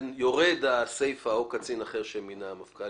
ויורד הסיפה "או קצין אחר שמינה המפכ"ל",